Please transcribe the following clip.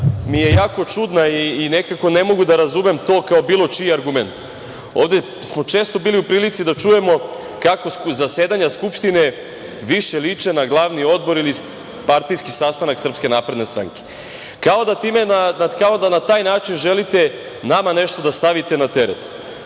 mi je jako čudna i nekako ne mogu da razumem to kao bilo čiji argument, ovde smo često bili u prilici da čujemo kako zasedanja Skupštine više liče na glavni odbor ili partijski sastanak SNS, kao da na taj način želite nama nešto da stavite na